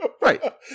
right